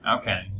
Okay